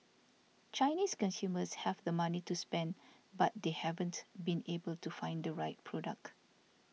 Chinese consumers have the money to spend but they haven't been able to find the right product